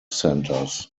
centers